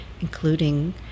including –